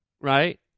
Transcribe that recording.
Right